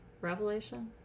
revelation